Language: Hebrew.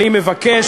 מאיפה יש,